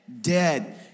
dead